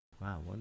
Wow